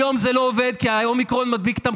היום זה לא עובד, כי האומיקרון מדביק את המחוסנים.